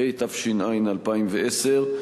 התש"ע 2010,